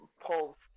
pulls